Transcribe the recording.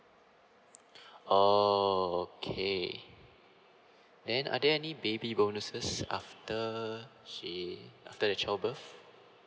oh okay then are there any baby bonuses after she after the child birth